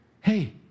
Hey